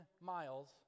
miles